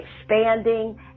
expanding